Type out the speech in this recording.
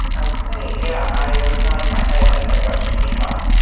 okay. yeah. i was nodding my head as that question came up.